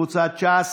קבוצת סיעת ש"ס,